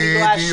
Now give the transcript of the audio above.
אני לא אאשר.